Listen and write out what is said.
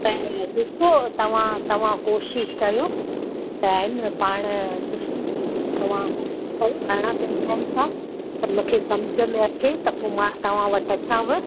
त ॾिसो तव्हां तव्हं कोशिशि कयो त आहे न पाण ॾिसूं तव्हां कोशिशि कयो घणा मिलनि था त मूंखे सम्झ में अचे त पोइ मां तव्हां वटि अचांव